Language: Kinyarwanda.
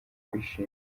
kwishima